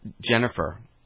Jennifer